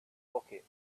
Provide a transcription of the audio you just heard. bucket